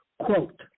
Quote